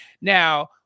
now